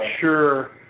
sure